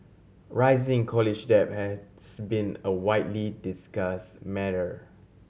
rising college debt has been a widely discuss matter